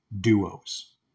duos